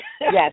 Yes